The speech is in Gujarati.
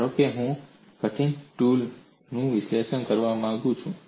ધારો કે હું કટીંગ ટૂલનું વિશ્લેષણ કરવા માંગુ છું